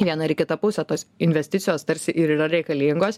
vieną ir kitą pusę tos investicijos tarsi ir yra reikalingos